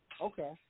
Okay